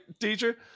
teacher